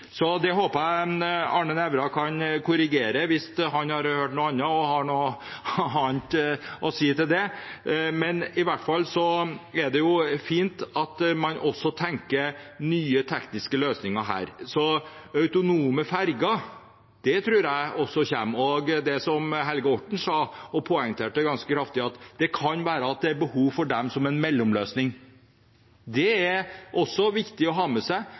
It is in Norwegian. Jeg håper Arne Nævra kan korrigere dette hvis han har hørt noe annet og har noe annet å si til det. Det er i hvert fall fint at man også tenker på nye tekniske løsninger her. Autonome ferger tror jeg også kommer, og som Helge Orten sa og poengterte ganske kraftig, kan det være behov for dem som en mellomløsning. Det er også viktig å ha med seg,